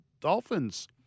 Dolphins